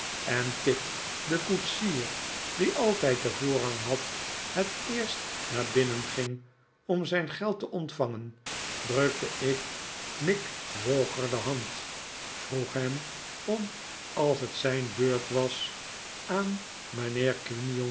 en tipp de koetsier die altijd den voorrang had het eerst naar binnen ging om zijn n geld te ontvangen drukte ik mick walker de hand vroeg hem om als het zijn beurt was aan mijnheer